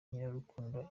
nyirarukundo